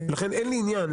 לכן אין לי עניין,